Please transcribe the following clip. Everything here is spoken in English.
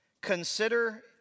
consider